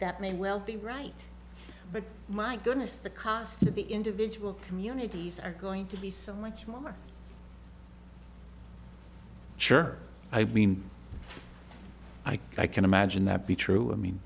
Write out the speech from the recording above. that may well be right but my goodness the cost of the individual communities are going to be so much more sure i mean i think i can imagine that be true i mean